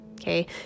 Okay